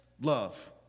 love